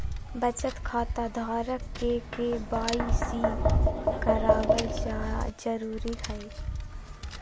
बचत खता धारक के के.वाई.सी कराबल जरुरी हइ